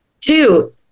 two